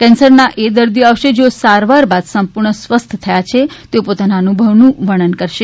કેન્સરના એ દર્દીઓ આવશે જેઓ સારવાર બાદ સંપૂર્ણ સ્વસ્થ થયા છે તેઓ પોતાના અનુભવોનું પણ વર્ણન કરશે